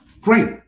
Great